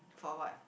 for what